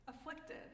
afflicted